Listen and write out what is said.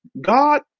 God